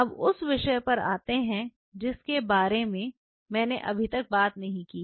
अब उस विषय पर आते हैं जिसके बारे में मैंने अभी तक बात नहीं की है